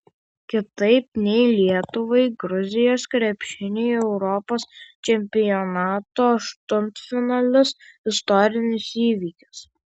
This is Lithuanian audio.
kitaip nei lietuvai gruzijos krepšiniui europos čempionato aštuntfinalis istorinis įvykis